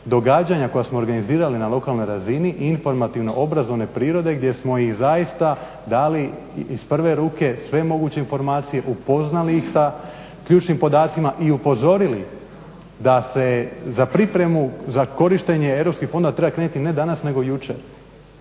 događanja koja smo organizirali na lokalnoj razini i informativno obrazovne prirode gdje smo ih zaista dali iz prve ruke sve moguće informacije, upoznali ih sa ključnim podacima i upozorili da se za pripremu, za korištenje Europskih fondova treba krenuti ne danas nego jučer.